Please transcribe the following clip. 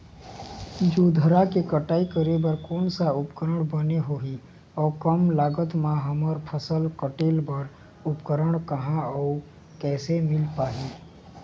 जोंधरा के कटाई करें बर कोन सा उपकरण बने होही अऊ कम लागत मा हमर फसल कटेल बार उपकरण कहा अउ कैसे मील पाही?